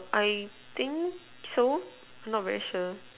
I think so not very sure